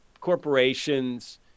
corporations